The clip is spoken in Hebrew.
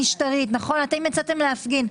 המשטרית, אתם יצאתם להפגין.